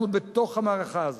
אנחנו בתוך המערכה הזאת.